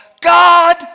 God